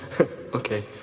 Okay